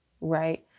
right